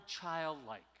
childlike